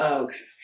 okay